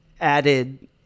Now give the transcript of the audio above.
added